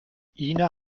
ina